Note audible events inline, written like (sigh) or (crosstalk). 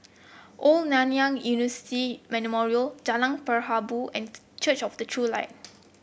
Old Nanyang (unintelligible) Memorial Jalan Perahu and Church of the True Light